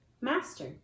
Master